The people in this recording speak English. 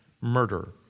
murder